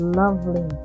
lovely